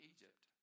Egypt